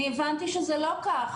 אני הבנתי שזה לא כך.